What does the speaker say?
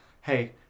hey